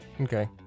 Okay